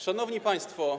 Szanowni Państwo!